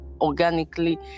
organically